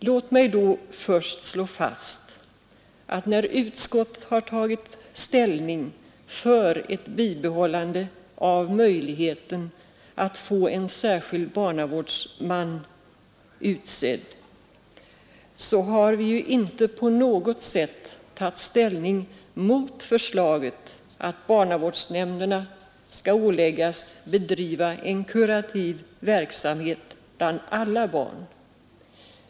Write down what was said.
Låt mig först slå fast att när vi inom utskottet tagit ställning för ett bibehållande av möjligheten att få en särskild barnavårdsman utsedd, så har vi ju inte på något sätt tagit ställning mot förslaget att barnavårdsnämnderna skall åläggas att bedriva en kurativ verksamhet bland alla barn.